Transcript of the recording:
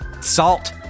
Salt